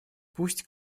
пусть